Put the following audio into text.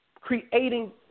creating